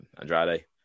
Andrade